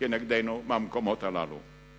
כנגדנו מהמקומות הללו.